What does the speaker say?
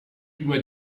prima